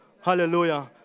Hallelujah